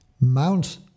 mount